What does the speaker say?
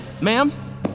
ma'am